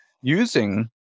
using